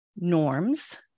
norms